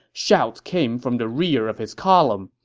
shouts came from the rear of his column.